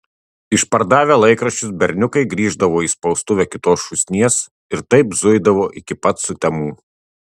išpardavę laikraščius berniukai grįždavo į spaustuvę kitos šūsnies ir taip zuidavo iki pat sutemų